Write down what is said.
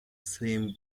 same